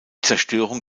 zerstörung